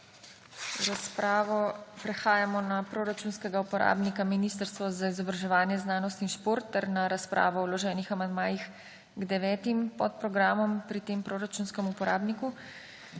Prehajamo na proračunskega uporabnika Ministrstvo za izobraževanje, znanost in šport ter na razpravo o vloženih amandmajih k devetim podprogramom pri tem proračunskem uporabniku.